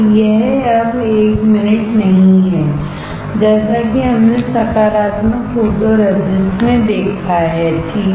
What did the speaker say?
यह अब 1 मिनट नहीं है जैसा कि हमने सकारात्मक फोटोरेजिस्ट में देखा है ठीक है